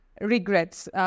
regrets